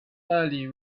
early